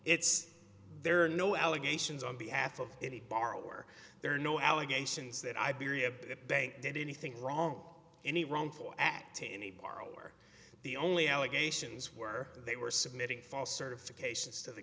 it's there are no allegations on behalf of any borrower there are no allegations that iberia bank did anything wrong any wrongful act in any borrower the only allegations were they were submitting false certifications to the